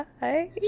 bye